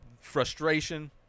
Frustration